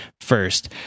first